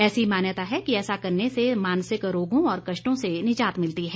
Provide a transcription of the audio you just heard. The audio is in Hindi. ऐसी मान्यता है कि ऐसा करने से मानसिक रोगों और कष्टों से निजात मिलती है